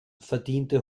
verdiente